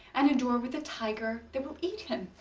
and a door with a tiger that will eat him.